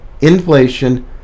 inflation